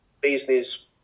business